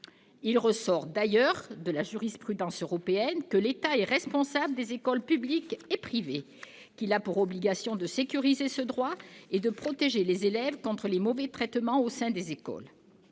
Il ressort d'ailleurs de la jurisprudence européenne que l'État est responsable des écoles publiques et privées ; qu'il a pour obligation de sécuriser ce droit et de protéger les élèves contre les mauvais traitements au sein des écoles.